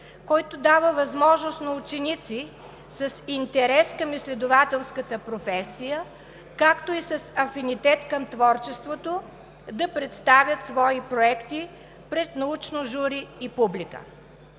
който дава възможност на ученици с интерес към изследователската професия, както и с афинитет към творчеството, да представят свои проекти пред научно жури и публика.